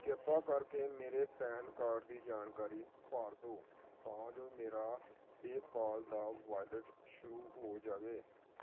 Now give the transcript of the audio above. ਕਿਰਪਾ ਕਰਕੇ ਮੇਰੇ ਪੈਨ ਕਾਰਡ ਦੀ ਜਾਣਕਾਰੀ ਭਰ ਦਿਉ ਤਾਂ ਜੋ ਮੇਰਾ ਪੇਅਪਾਲ ਦਾ ਵਾਲਿਟ ਸ਼ੁਰੂ ਹੋ ਜਾਵੇ